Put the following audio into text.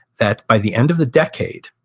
that by the end of the decade,